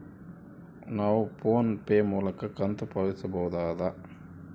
ನಾವು ಫೋನ್ ಪೇ ಮೂಲಕ ಕಂತು ಪಾವತಿಸಬಹುದಾ?